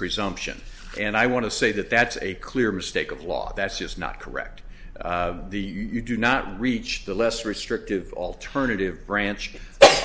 presumption and i want to say that that's a clear mistake of law that's just not correct you do not reach the less restrictive alternative branch